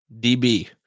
DB